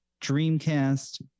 Dreamcast